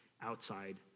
outside